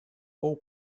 all